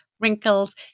wrinkles